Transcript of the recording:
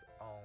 on